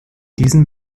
diesen